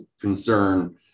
concern